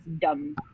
dumb